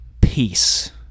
peace